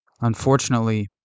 Unfortunately